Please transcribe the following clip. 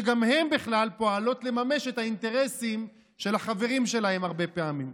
שגם הן בכלל פועלות לממש את האינטרסים של החברים שלהן הרבה פעמים.